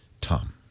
Tom